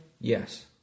Yes